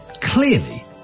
clearly